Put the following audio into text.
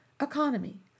Economy